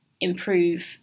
improve